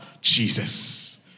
Jesus